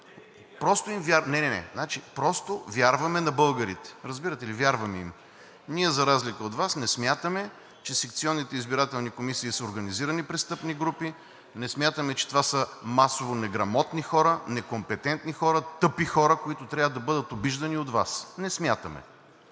просто вярваме на българите. Разбирате ли? Вярваме им. Ние, за разлика от Вас, не смятаме, че секционните избирателни комисии са организирани престъпни групи, не смятаме, че това са масово неграмотни хора, некомпетентни хора, тъпи хора, които трябва да бъдат обиждани от Вас. Не смятаме!